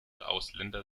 ausländer